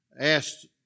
asked